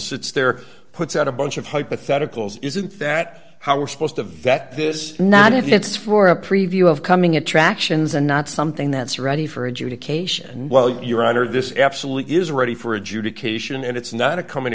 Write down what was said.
sits there puts out a bunch of hypotheticals isn't that how we're supposed to vet this not if it's for a preview of coming attractions and not something that's ready for adjudication well your honor this absolutely is ready for adjudication and it's not a coming